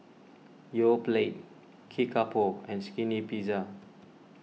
Yoplait Kickapoo and Skinny Pizza